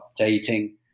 updating